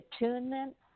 attunement